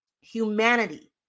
humanity